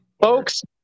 Folks